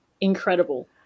incredible